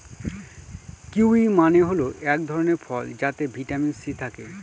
kiwi মানে হল এক ধরনের ফল যাতে ভিটামিন সি থাকে